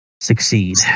succeed